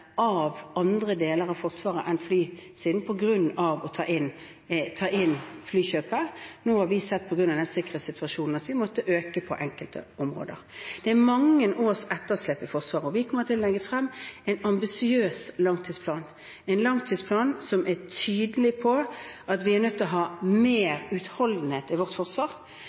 av andre deler av Forsvaret enn av flysiden, på grunn av flykjøpet. Nå har vi på grunn av sikkerhetssituasjonen sett at vi har måttet øke på enkelte områder. Det er mange års etterslep i Forsvaret. Vi kommer til å legge frem en ambisiøs langtidsplan, en langtidsplan som er tydelig på at vi er nødt til å ha mer utholdenhet i vårt forsvar.